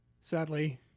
Sadly